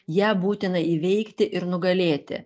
ją būtina įveikti ir nugalėti